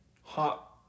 Hot